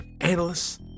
analysts